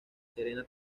serena